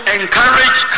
encourage